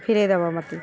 ଫିରେଇ ଦେବ ମୋତେ